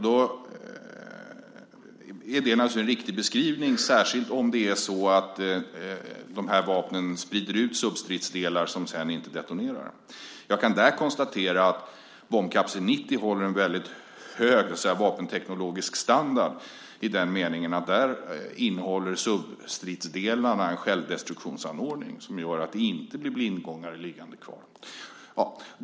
Då är det naturligtvis en riktig beskrivning, särskilt om det är så att de här vapnen sprider ut substridsdelar som sedan inte detonerar. Jag kan där konstatera att bombkapsel 90 håller en väldigt hög vapenteknologisk standard i den meningen att substridsdelarna innehåller en självdestruktionsanordning som gör att det inte blir några blindgångare liggande.